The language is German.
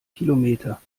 kilometer